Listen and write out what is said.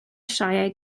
sioeau